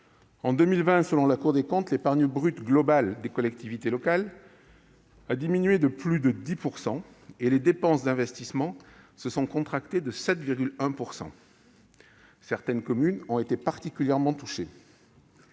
locales. Selon la Cour des comptes, en 2020, l'épargne brute globale des collectivités locales a diminué de plus de 10 % et les dépenses d'investissements se sont contractées de 7,1 %. Certaines communes ont été particulièrement touchées.